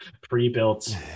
pre-built